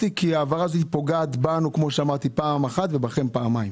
כי ההעברה הזאת היא פוגעת בנו פעם אחת ובכם פעמיים.